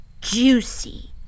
juicy